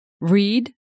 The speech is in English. Read